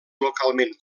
localment